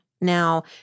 now